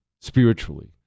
spiritually